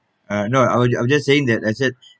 uh no I was ju~ I was just saying that I said